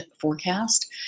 forecast